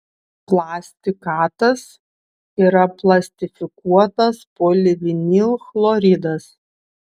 plastikatas yra plastifikuotas polivinilchloridas